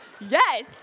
yes